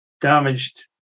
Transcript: damaged